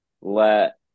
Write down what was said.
let